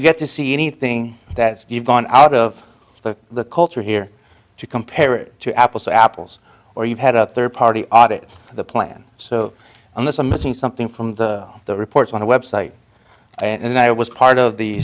get to see anything that you've gone out of the culture here to compare it to apples to apples or you've had a third party audit of the plan so unless i'm missing something from the the reports on the website and i was part of the